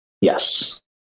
yes